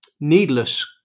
needless